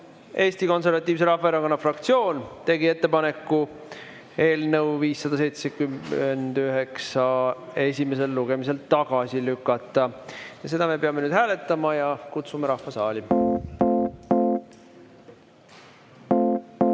Eesti Konservatiivse Rahvaerakonna fraktsioon tegi ettepaneku eelnõu 579 esimesel lugemisel tagasi lükata. Seda me peame hääletama ja kutsume rahva saali.